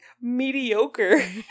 mediocre